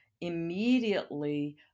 immediately